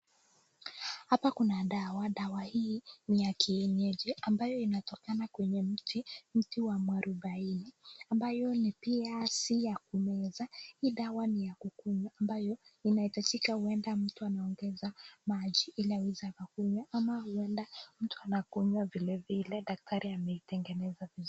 Hapa kuna dawa, dawa hii miakini yenyeji ambayo inatokana kwenye mti, mti wa mwarobaini, ambayo ni pia si ya kumeza. Hii dawa ni ya kunywa ambayo inahitajika huenda mtu anaongeza maji ila iweze akanywa ama huenda mtu anakunywa vilevile. Daktari ameitengeneza vizuri.